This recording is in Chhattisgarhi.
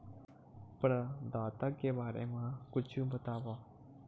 प्रदाता के बारे मा कुछु बतावव?